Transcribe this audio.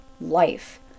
life